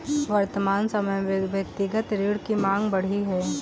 वर्तमान समय में व्यक्तिगत ऋण की माँग बढ़ी है